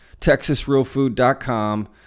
texasrealfood.com